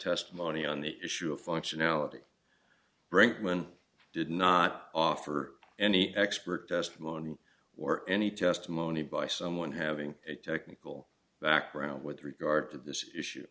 testimony on the issue of functionality brinkman did not offer any expert testimony or any testimony by someone having a technical background with regard to this issue